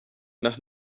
nach